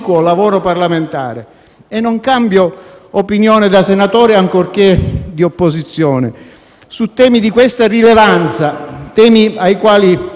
e non cambio opinione da senatore, ancorché di opposizione. Su temi di questa rilevanza, ai quali ho legato la mia